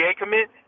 commit